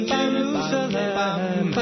Jerusalem